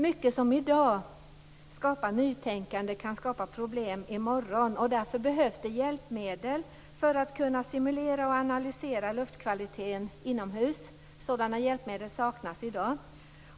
Mycket som i dag skapar nytänkande kan skapa problem i morgon, och därför behövs det hjälpmedel för att kunna simulera och analysera luftkvaliteten inomhus. Sådana hjälpmedel saknas i dag.